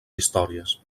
històries